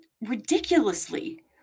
ridiculously